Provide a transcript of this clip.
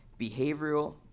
behavioral